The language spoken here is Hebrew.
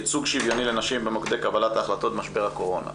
ייצוג שוויוני לנשים במוקדי קבלת ההחלטות במשבר הקורונה.